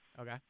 Okay